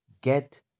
Get